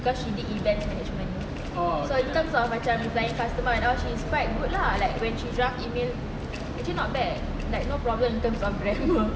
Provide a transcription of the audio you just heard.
cause she did events management so in term of macam layan customer and all she's quite good lah like when she draft email actually not bad like no problem in terms of grammar